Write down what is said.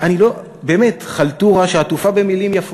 באמת, חלטורה שעטופה במילים יפות,